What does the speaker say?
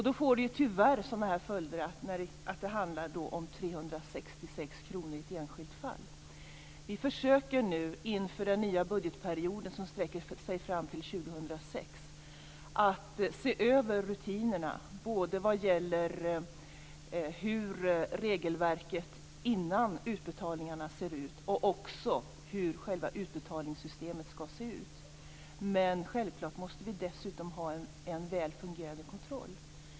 Då får det tyvärr sådana här följder att det handlar om Vi försöker nu inför den nya budgetperioden som sträcker sig fram till år 2006 att se över rutinerna både vad gäller hur regelverket innan utbetalningarna ser ut och också hur själva utbetalningssystemet skall se ut. Självklart måste vi dessutom ha en väl fungerande kontroll.